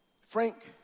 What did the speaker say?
Frank